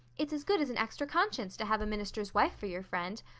it's as good as an extra conscience to have a minister's wife for your friend.